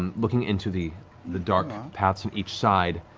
and looking into the the dark um paths on each side,